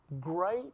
Great